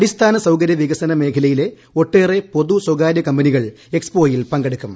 അടിസ്ഥാന സൌകര്യ പ്പികസന മേഖലയിലെ ഒട്ടേറെ പൊതു സ്വകാര്യ കമ്പനികൾ എക്സ്പോയിൽ പങ്കെടുക്കും